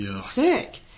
sick